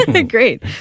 Great